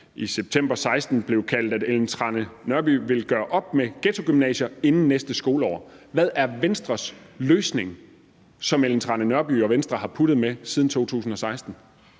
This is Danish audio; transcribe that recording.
september 2016 blev kaldt »Ellen Trane vil gøre op med »ghettogymnasier« inden næste skoleår«, hvad er så Venstres løsning, som fru Ellen Trane Nørby og Venstre har puttet med siden 2016?